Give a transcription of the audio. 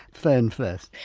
fern first.